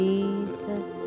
Jesus